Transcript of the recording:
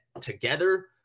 together